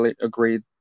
agreed